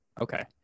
okay